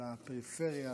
על הפריפריה,